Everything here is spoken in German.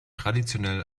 traditionell